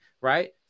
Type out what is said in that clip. right